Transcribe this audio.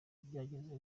byagenze